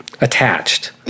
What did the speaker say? attached